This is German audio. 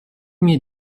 mir